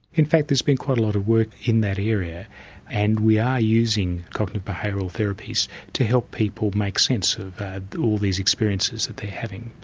in fact there's been quite a lot of work in that area and we are using cognitive behavioural therapies to help people make sense of all these experiences that they're having.